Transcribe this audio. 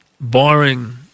barring